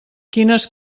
quines